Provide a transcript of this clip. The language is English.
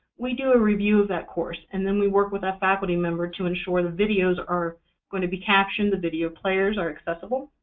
we do a review of that course. and then we work with a faculty member to ensure the videos are going to be captioned, the video players are accessible.